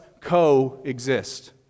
coexist